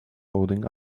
holding